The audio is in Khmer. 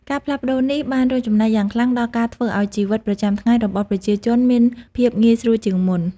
ការផ្លាស់ប្តូរនេះ បានរួមចំណែកយ៉ាងខ្លាំងដល់ការធ្វើឱ្យជីវិតប្រចាំថ្ងៃរបស់ប្រជាជនមានភាពងាយស្រួលជាងមុន។